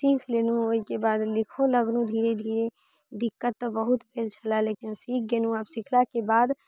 सीख लेलहुँ ओहिके बाद लिखहो लगलहुँ धीरे धीरे दिक्कत तऽ बहुत भेल छलै लेकिन सीख गेलहुँ आब सीखलाके बाद अब